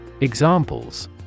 Examples